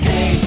Hey